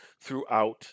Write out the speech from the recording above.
throughout